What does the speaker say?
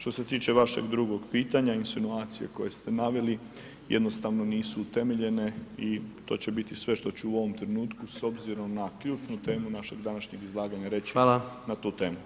Što se tiče vašeg drugog pitanja, insinuacije koje ste naveli jednostavno nisu utemeljene i to će biti sve što ću u ovom trenutku s obzirom na ključnu temu našeg današnjeg izlaganja reći [[Upadica: Hvala.]] na tu temu.